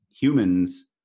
humans